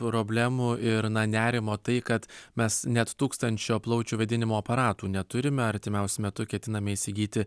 problemų ir na nerimo tai kad mes net tūkstančio plaučių vėdinimo aparatų neturime artimiausiu metu ketiname įsigyti